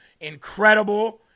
incredible